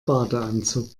badeanzug